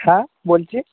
হ্যাঁ বলছি